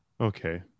Okay